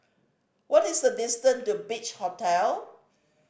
what is the distance to Beach Hotel